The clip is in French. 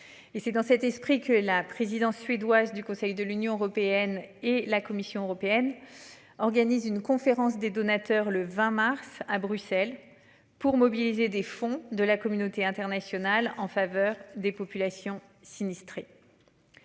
Et c'est dans cet esprit que la présidence suédoise du Conseil de l'Union européenne et la Commission européenne. Organise une conférence des donateurs, le 20 mars à Bruxelles pour mobiliser des fonds de la communauté internationale en faveur des populations sinistrées.